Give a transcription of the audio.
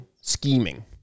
scheming